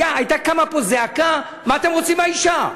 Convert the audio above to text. הייתה קמה פה זעקה: מה אתם רוצים מהאישה?